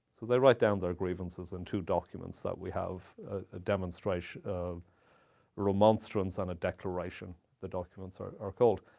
so they write down their grievances in two documents that we have a remonstrance kind of remonstrance and a declaration, the documents are are called.